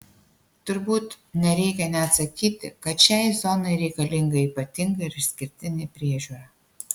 turbūt nereikia net sakyti kad šiai zonai reikalinga ypatinga ir išskirtinė priežiūra